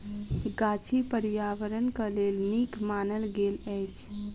गाछी पार्यावरणक लेल नीक मानल गेल अछि